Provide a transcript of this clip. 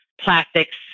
plastics